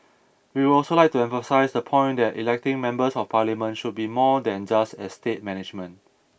we would also like to emphasise the point that electing Members of Parliament should be more than just estate management